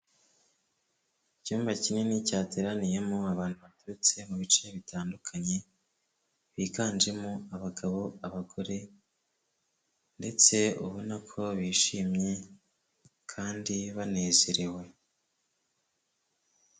Icyumba kinini cyateraniyemo abantu baturutse mu bice bitandukanye, biganjemo abagabo, abagore ndetse ubona ko bishimye kandi banezerewe.